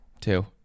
Two